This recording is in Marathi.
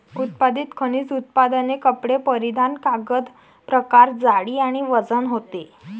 उत्पादित खनिज उत्पादने कपडे परिधान कागद प्रकार जाडी आणि वजन होते